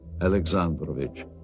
Alexandrovich